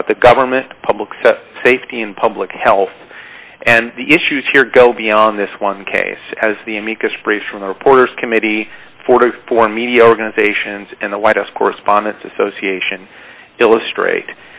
about the government public safety and public health and the issues here go beyond this one case as the amicus brief from the reporters committee forty four media organizations and the white house correspondents association illustrate